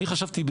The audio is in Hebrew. אני חשבתי,